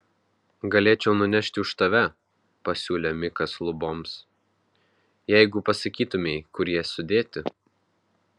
galėčiau nunešti už tave pasiūlė mikas luboms jeigu pasakytumei kur jie sudėti